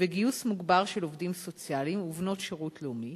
ובגיוס מוגבר של עובדים סוציאליים ובנות שירות לאומי